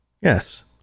yes